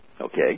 Okay